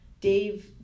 Dave